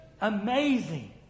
amazing